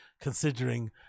considering